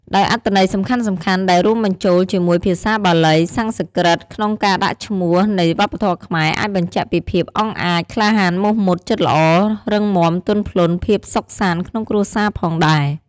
ដោយអត្ថន័យសំខាន់ៗដែលរួមបញ្ជូលជាមួយភាសាបាលី សំស្រ្កឹតក្នុងការដាក់ឈ្មោះនៃវប្បធម៌ខ្មែរ អាចបញ្ជាក់ពីភាពអង់អាច ក្លាហាន មុះមុត ចិត្តល្អ រឹងមាំ ទន់ភ្លន់ ភាពសុខសាន្តក្នុងគ្រួសារផងដែរ។